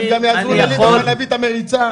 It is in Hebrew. הם גם יעזרו לליברמן להביא את המריצה.